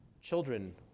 Children